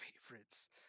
favorites